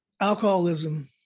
alcoholism